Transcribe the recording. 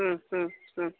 ಹ್ಞೂ ಹ್ಞೂ ಹ್ಞೂ